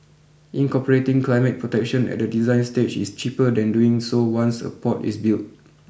incorporating climate protection at the design stage is cheaper than doing so once a port is built